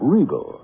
Regal